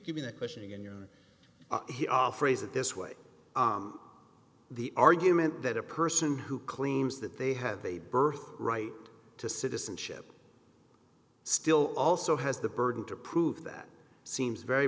give me the question again your phrase it this way the argument that a person who claims that they have a birth right to citizenship still also has the burden to prove that seems very